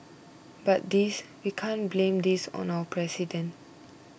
but this we can't blame this on our president